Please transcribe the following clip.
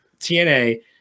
TNA